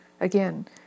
Again